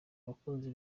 abakunzi